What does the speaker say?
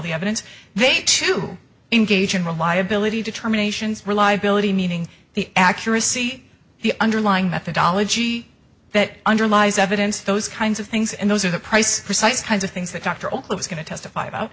the evidence they have to engage in reliability determinations reliability meaning the accuracy the underlying methodology that underlies evidence those kinds of things and those are the price precise kinds of things that dr oakleigh is going to testify about